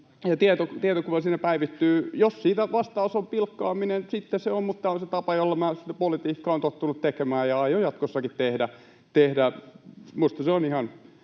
tietokuva päivittyy. Jos siitä vastaus on pilkkaaminen, sitten se on, mutta tämä on se tapa, jolla politiikkaa olen tottunut tekemään ja aion jatkossakin tehdä. Se on se